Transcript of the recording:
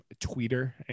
Twitter